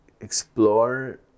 explore